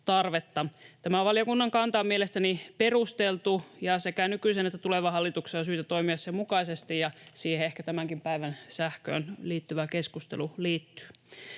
Tämä valiokunnan kanta on mielestäni perusteltu, ja sekä nykyisen että tulevan hallituksen on syytä toimia sen mukaisesti, ja siihen ehkä tämänkin päivän sähköön liittyvä keskustelu liittyy.